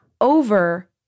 over